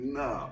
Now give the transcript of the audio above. no